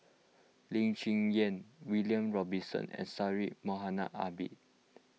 Lee Cheng Yan William Robinson and Syed Mohamed Ahmed